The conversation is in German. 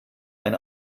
ein